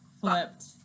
flipped